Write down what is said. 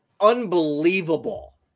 Unbelievable